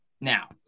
Now